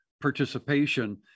participation